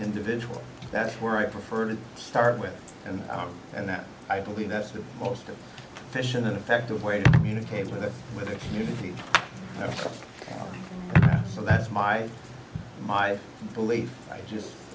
individual that's where i prefer to start with them and that i believe that's the most efficient and effective way to communicate with the community so that's my my belief just